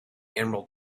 emerald